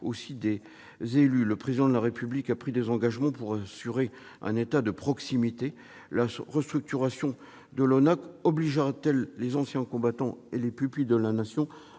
et des élus. Le Président de la République a pris des engagements pour assurer un État de proximité. La restructuration de l'ONAC-VG obligera-t-elle les anciens combattants et les pupilles de la Nation à